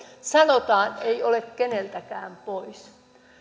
sanotaan että ei ole keneltäkään pois